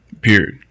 Period